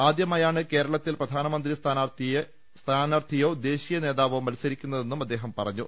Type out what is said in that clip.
ആദ്യമായാണ് കേരളത്തിൽ പ്രധാനമന്ത്രി സ്ഥാനാർത്ഥിയോ ദേശീയ നേതാവോ മത്സരിക്കുന്ന തെന്നും അദ്ദേഹം പറഞ്ഞു